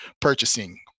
purchasing